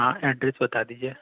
हाँ एड्रेस बता दीजिए